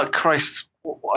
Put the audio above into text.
Christ